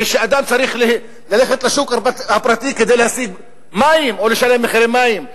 כשאדם צריך ללכת לשוק הפרטי כדי להשיג מים או לשלם מחירי מים,